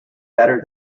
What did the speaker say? better